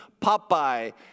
Popeye